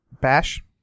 bash